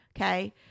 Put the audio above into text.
Okay